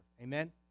Amen